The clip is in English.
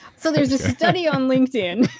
so there's a study on linkedin